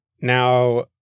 Now